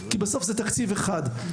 כי בסוף זה תקציב אחד.